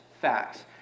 facts